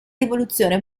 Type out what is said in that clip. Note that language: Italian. rivoluzione